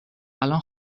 الان